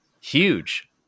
Huge